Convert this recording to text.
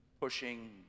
pushing